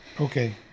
Okay